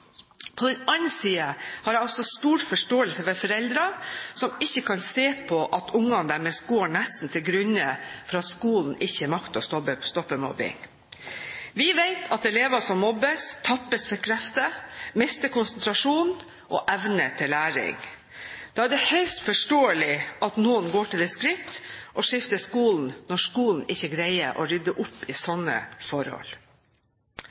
På den andre siden har jeg også stor forståelse for foreldrene som ikke kan se på at ungene deres nesten går til grunne fordi skolen ikke makter å stoppe mobbing. Vi vet at elever som mobbes, tappes for krefter, mister konsentrasjon og evne til læring. Da er det høyst forståelig at noen går til det skritt å skifte skole, når skolen ikke greier å rydde opp i slike forhold.